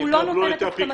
הוא לא נותן את הסכמתו.